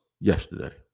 yesterday